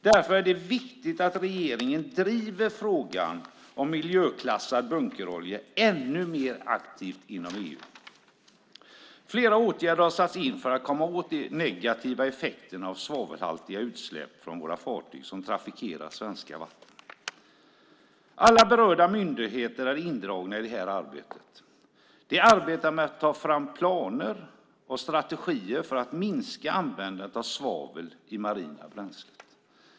Därför är det viktigt att regeringen driver frågan om miljöklassad bunkerolja ännu mer aktivt inom EU. Flera åtgärder har satts in för att komma åt de negativa effekterna av svavelhaltiga utsläpp från fartyg som trafikerar Sveriges vatten. Alla berörda myndigheter är indragna i det här arbetet. De arbetar med att ta fram planer och strategier för att minska användandet av svavel i marina bränslen.